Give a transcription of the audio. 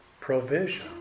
provision